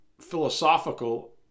philosophical